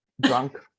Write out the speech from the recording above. drunk